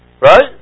Right